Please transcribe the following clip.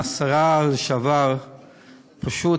השרה לשעבר פשוט,